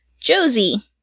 Josie